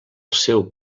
seu